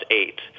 eight